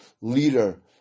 leader